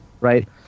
right